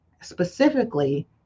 specifically